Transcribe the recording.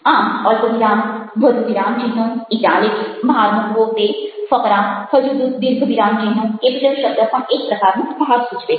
આમ અલ્પવિરામ વધુ વિરામચિહ્નો ઇટાલિક્સ ભાર મૂકવો તે ફકરા હજૂ દીર્ઘ વિરામચિહ્નો કેપિટલ શબ્દ પણ એક પ્રકારનો ભાર સૂચવે છે